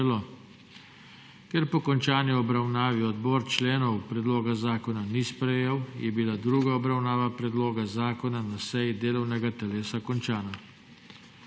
Ker po končani obravnavi odbor členov predloga zakona ni sprejel, je bila druga obravnava predloga zakona na seji delovnega telesa končana.